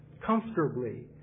comfortably